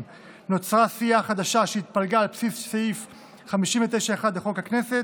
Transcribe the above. נוצרה סיעה חדשה שהתפלגה על בסיס סעיף 59(1) לחוק הכנסת,